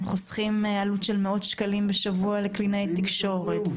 הם חוסכים עלות של מאות שקלים בשבוע לקלינאית תקשורת,